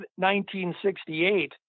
1968